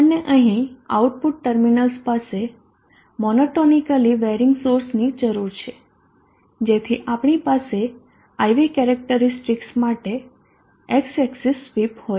આપણને અહી output terminals પાસે મોનોટોનીકલી વેરિંગ સોર્સની જરૂર છે જેથી આપણી પાસે I V કેરેક્ટરીસ્ટિકસ માટે x એક્સીસ સ્વીપ હોય